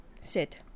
Sit